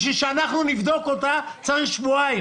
כדי שאנחנו נבדוק אותה, צריך שבועיים,